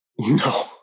No